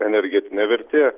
energetinė vertė